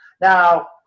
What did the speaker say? now